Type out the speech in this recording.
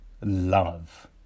love